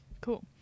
Cool